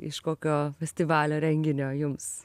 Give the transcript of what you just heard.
iš kokio festivalio renginio jums